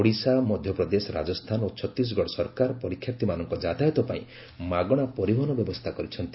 ଓଡ଼ିଶା ମଧ୍ୟପ୍ରଦେଶ ରାଜସ୍ଥାନ ଓ ଛତିଶଗଡ ସରକାର ପରୀକ୍ଷାର୍ଥୀମାନଙ୍କ ଯାତାୟାତ ପାଇଁ ମାଗଣା ପରିବହନ ବ୍ୟବସ୍ଥା କରିଛନ୍ତି